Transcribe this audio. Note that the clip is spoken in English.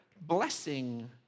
blessing